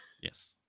Yes